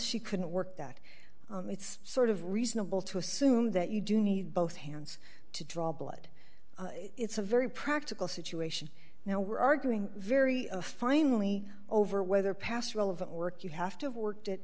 she couldn't work that it's sort of reasonable to assume that you do need both hands to draw blood it's a very practical situation now we're arguing very finely over whether past relevant work you have to have worked at